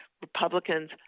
Republicans